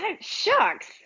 Shucks